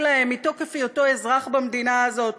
להם מתוקף היותו אזרח במדינה הזאת,